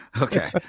Okay